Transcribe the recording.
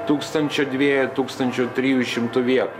tūkstančio dvejų tūkstančių ar trijų šimtų vietų